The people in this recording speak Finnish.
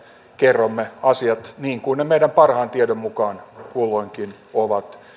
kerromme asiat niin kuin ne meidän parhaan tietomme mukaan kulloinkin ovat